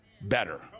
better